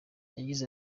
yagize